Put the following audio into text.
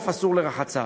חוף אסור לרחצה,